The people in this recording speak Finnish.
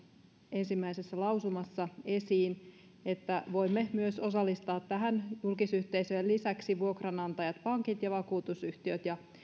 ensimmäisessä lausumassa esiin että voimme myös osallistaa tähän julkisyhteisöjen lisäksi vuok ranantajat pankit ja vakuutusyhtiöt ja